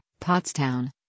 Pottstown